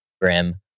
Grim